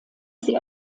sie